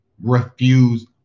refuse